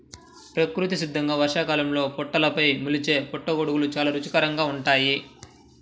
ప్రకృతి సిద్ధంగా వర్షాకాలంలో పుట్టలపైన మొలిచే పుట్టగొడుగులు చాలా రుచికరంగా ఉంటాయి